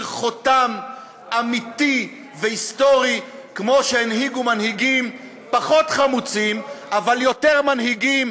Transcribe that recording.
חותם אמיתי והיסטורי כמו שהותירו מנהיגים פחות חמוצים אבל יותר מנהיגים,